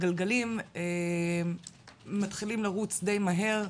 הגלגלים מתחילים לרוץ די מהר,